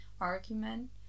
argument